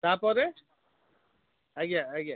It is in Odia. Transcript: ତାପରେ ଆଜ୍ଞା ଆଜ୍ଞା